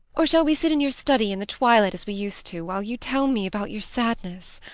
or shall we sit in your study in the twilight as we used to, while you tell me about your sadness?